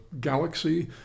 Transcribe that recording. galaxy